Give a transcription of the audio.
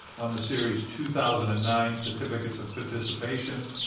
on the series two thousand and nine certificates of participation,